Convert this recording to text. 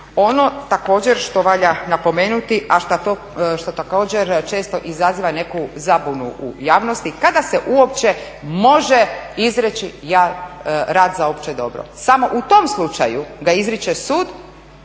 Ono također što valja napomenuti a što također često izaziva i neku zabunu u javnosti kada se uopće može izreći rad za opće dobro. Samo u tom slučaju ga izriče sud